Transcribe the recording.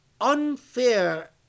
unfair